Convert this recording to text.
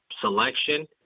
selection